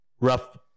Rough